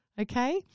Okay